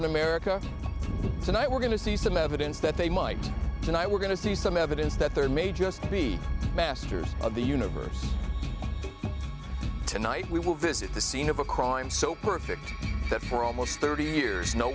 in america tonight we're going to see some evidence that they might tonight we're going to see some evidence that there may just be masters of the universe tonight we will visit the scene of a crime so perfect that for almost thirty years no